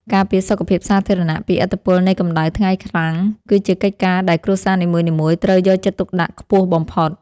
ការពារសុខភាពសាធារណៈពីឥទ្ធិពលនៃកម្ដៅថ្ងៃខ្លាំងគឺជាកិច្ចការដែលគ្រួសារនីមួយៗត្រូវយកចិត្តទុកដាក់ខ្ពស់បំផុត។